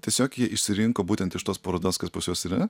tiesiog jie išsirinko būtent iš tos parodos kas pas juos yra